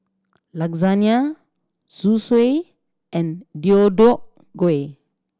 Lasagne Zosui and Deodeok Gui